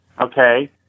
Okay